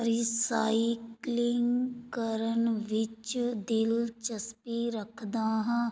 recycling ਕਰਨ ਵਿੱਚ ਦਿਲਚਸਪੀ ਰੱਖਦਾ ਹਾਂ